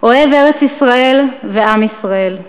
אוהב ארץ-ישראל ועם ישראל.